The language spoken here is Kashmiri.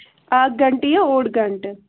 اَکھ گَنٛٹہٕ یا اوٚڈ گَنٹہٕ